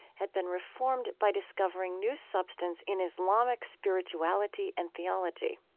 had been reformed by discovering new substance in islamic spirituality and theology.